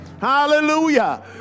hallelujah